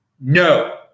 No